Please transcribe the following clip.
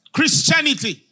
Christianity